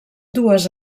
dues